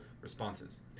responses